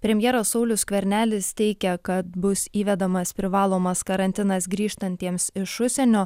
premjeras saulius skvernelis teigia kad bus įvedamas privalomas karantinas grįžtantiems iš užsienio